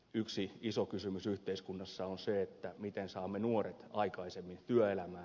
yksi iso kysymys yhteiskunnassa on se miten saamme nuoret aikaisemmin työelämään